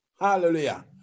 hallelujah